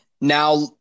Now